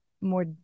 more